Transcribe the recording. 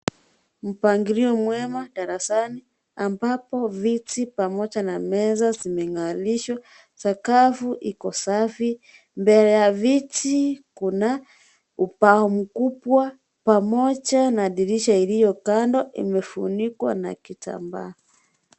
Mpangilio mwema darasani ambapo viti pamoja na meza zimeng'arishwa. Sakafu iko safi. Mbele ya viti kuna ubao mkubwa pamoja na dirisha iliyo kando imefunikwa na kitambaa.